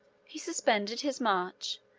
he suspended his march,